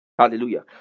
Hallelujah